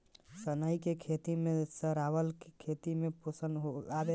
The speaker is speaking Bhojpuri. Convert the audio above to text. सनई के खेते में सरावला से खेत में पोषण आवेला